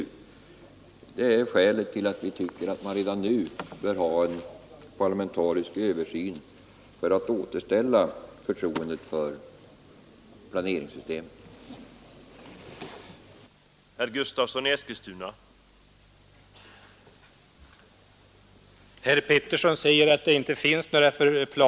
Detta är skälet till att vi tycker att vi redan nu bör få en parlamentarisk översyn för att förtroendet för planeringssystemet skall kunna återställas.